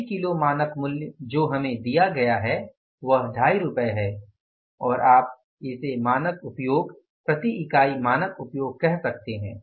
प्रति किलो मानक मूल्य जो हमें दिया गया है वह 25 रुपये है और आप इसे मानक उपयोग प्रति इकाई मानक उपयोग कह सकते हैं